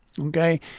okay